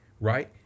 Right